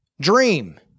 dream